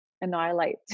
annihilate